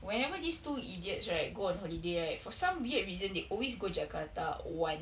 whenever these two idiots right go on holiday right for some weird reason they always go jakarta one